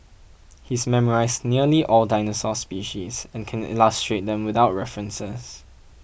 he's memorised nearly all dinosaur species and can illustrate them without references